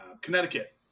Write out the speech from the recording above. Connecticut